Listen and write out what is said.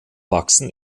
wachsen